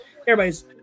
everybody's